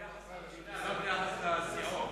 ביחס למדינה, לא ביחס לסיעות.